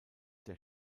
der